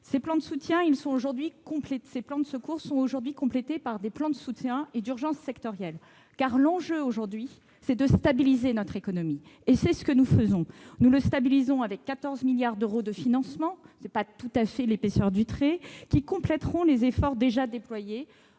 Ces plans de secours sont complétés par des plans de soutien et d'urgence sectoriels. L'enjeu est aujourd'hui de stabiliser notre économie, et c'est ce que nous faisons avec 14 milliards d'euros de financements- ce n'est pas tout à fait l'épaisseur du trait ! -qui complèteront les efforts déjà déployés